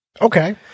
Okay